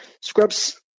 Scrubs